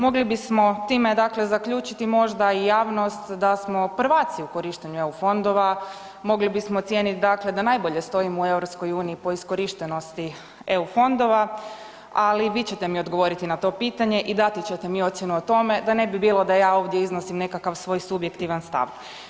Mogli bismo time zaključiti možda i javnost da smo prvaci u korištenju eu fondova, mogli bismo ocijeniti da najbolje stojimo u EU po iskorištenosti eu fondova, ali vi ćete mi odgovoriti na to pitanje i dati ćete mi ocjenu o tome da ne bi bilo da ja ovdje iznosim nekakav svoj subjektivan stav.